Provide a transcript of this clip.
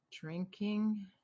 drinking